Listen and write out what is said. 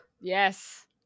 Yes